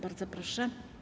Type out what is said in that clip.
Bardzo proszę.